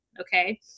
okay